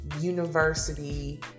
University